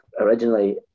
originally